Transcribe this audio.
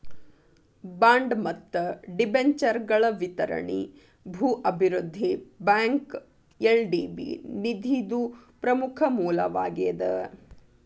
bond ಮತ್ತ ಡಿಬೆಂಚರ್ಗಳ ವಿತರಣಿ ಭೂ ಅಭಿವೃದ್ಧಿ ಬ್ಯಾಂಕ್ಗ ಎಲ್.ಡಿ.ಬಿ ನಿಧಿದು ಪ್ರಮುಖ ಮೂಲವಾಗೇದ